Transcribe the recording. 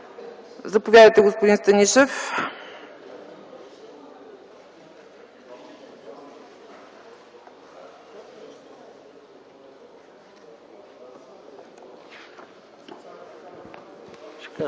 Заповядайте, господин Станишев.